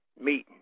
meeting